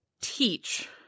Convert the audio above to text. teach